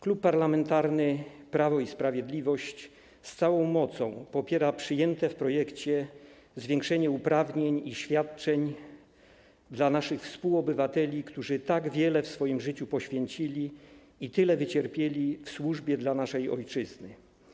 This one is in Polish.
Klub Parlamentarny Prawo i Sprawiedliwość z całą mocą popiera przyjęte w projekcie zwiększenie uprawnień i świadczeń dla naszych współobywateli, którzy tak wiele w swoim życiu poświęcili i tyle wycierpieli w służbie naszej ojczyźnie.